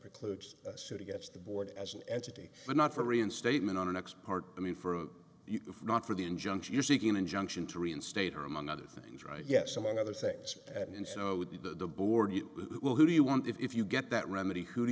precludes suit against the board as an entity but not for reinstatement on an ex parte i mean for a not for the injunction you're seeking an injunction to reinstate her among other things right yes among other things and show the the board you will who do you want if you get that remedy who do